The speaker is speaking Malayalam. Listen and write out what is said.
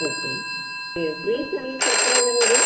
ഓക്കെ ഈ ഫ്രീ സർവീസ് എത്ര വരും